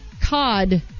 Cod